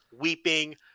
weeping